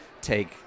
take